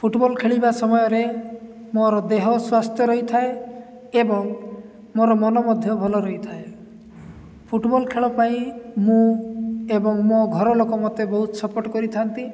football ଖେଳିବା ସମୟରେ ମୋର ଦେହ ସ୍ୱାସ୍ଥ୍ୟ ରହିଥାଏ ଏବଂ ମୋର ମନ ମଧ୍ୟ ଭଲ ରହିଥାଏ ଫୁଟବଲ୍ ଖେଳ ପାଇଁ ମୁଁ ଏବଂ ମୋ ଘର ଲୋକ ମୋତେ ବହୁତ ସପୋର୍ଟ କରିଥାନ୍ତି